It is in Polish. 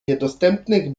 niedostępnych